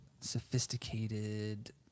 sophisticated